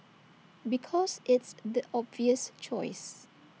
because it's the obvious choice